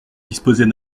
disposer